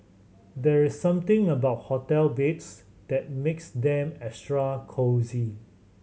there's something about hotel beds that makes them extra cosy